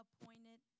appointed